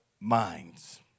minds